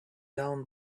down